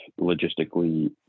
logistically